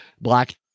black